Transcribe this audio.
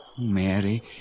Mary